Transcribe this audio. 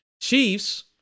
Chiefs